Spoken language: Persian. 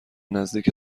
نزدیک